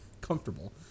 comfortable